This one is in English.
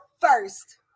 first